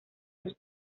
dos